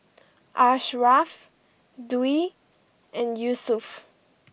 Ashraff Dwi and Yusuf